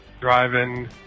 driving